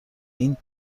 این